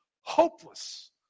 hopeless